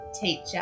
teacher